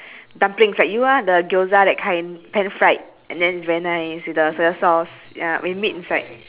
dumpling like you ah the gyoza that kind pan-fried and then it's very nice with the soya-sauce ya with meat inside